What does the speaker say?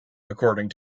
according